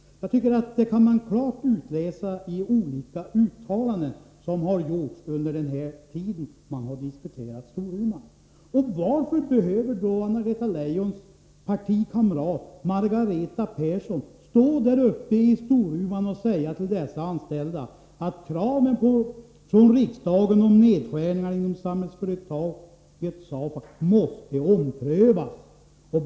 Jag tycker att man klart kan utläsa detta ur olika uttalanden som har gjorts under den här tiden då man har diskuterat Storuman. Varför behöver då Anna-Greta Leijons partikamrat Margareta Persson stå där uppe i Storuman och säga till de anställda att kraven från riksdagen på nedskärningar inom samhällsföretaget SAFAC måste omprövas?